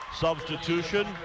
Substitution